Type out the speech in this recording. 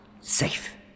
safe